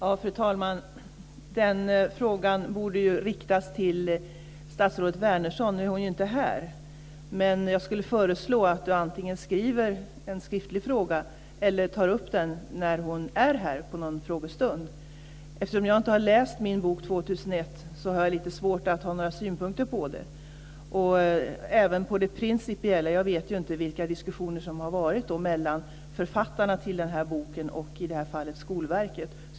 Fru talman! Den frågan borde riktas till statsrådet Wärnersson. Men hon är inte här. Jag skulle föreslå att Lennart Gustavsson antingen skriver en skriftlig fråga eller tar upp den när hon är här på en frågestund. Eftersom jag inte har läst Min bok 2001 har jag lite svårt att ha några synpunkter på den. Det gäller även det principiella. Jag vet inte vilka diskussioner som har varit mellan författarna av boken och i det här fallet Skolverket.